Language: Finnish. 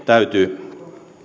täyty